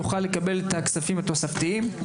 יוכל לקבל את הכספיים התוספתיים.